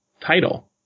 title